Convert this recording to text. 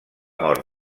mort